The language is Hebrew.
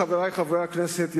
חברי חברי הכנסת,